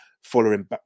Following